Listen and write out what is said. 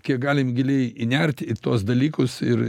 kiek galim giliai įnert į tuos dalykus ir